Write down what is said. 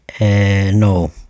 No